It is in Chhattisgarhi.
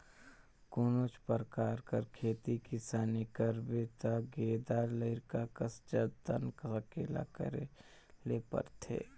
कोनोच परकार कर खेती किसानी करबे ता गेदा लरिका कस जतन संकेला करे ले परथे